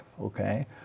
okay